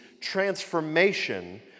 transformation